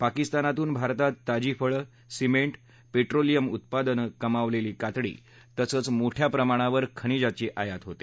पाकिस्तानातून भारतात ताजी फळं सिमेंट पेट्रोलियम उत्पादन कमावलेली कातडी तसंच मोठ्या प्रमाणावर खनिजाची आयात होते